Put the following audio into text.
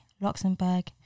Luxembourg